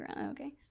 okay